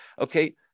Okay